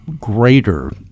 greater